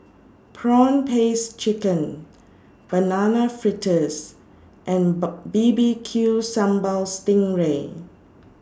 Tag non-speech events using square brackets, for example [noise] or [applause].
Prawn Paste Chicken Banana Fritters and [unintelligible] B B Q Sambal Sting Ray